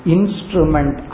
Instrument